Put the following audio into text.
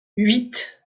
huit